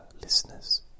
listeners